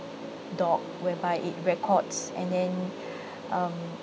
dog whereby it records and then um